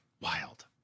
wild